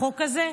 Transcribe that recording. החוק הזה,